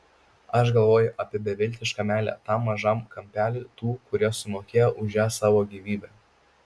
aš galvoju apie beviltišką meilę tam mažam kampeliui tų kurie sumokėjo už ją savo gyvybe